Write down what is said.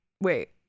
wait